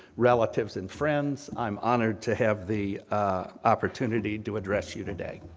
relatives and friends, i'm honored to have the opportunity to address you today,